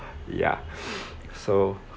ya so